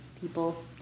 people